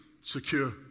secure